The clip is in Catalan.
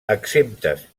exemptes